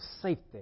safety